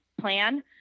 plan